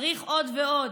צריך עוד ועוד,